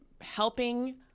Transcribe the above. helping